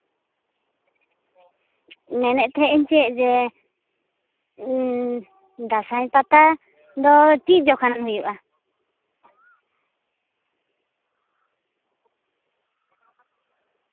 ᱢᱮᱱᱮᱫ ᱛᱟᱦᱮᱱᱤᱧ ᱪᱮᱫ ᱡᱮ ᱫᱟᱸᱥᱟᱭ ᱯᱟᱛᱟ ᱫᱚ ᱪᱮᱫ ᱡᱚᱠᱷᱟᱱ ᱦᱩᱭᱩᱜᱼᱟ